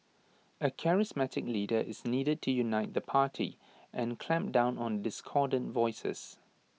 A charismatic leader is needed to unite the party and clamp down on discordant voices